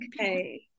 Okay